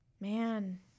Man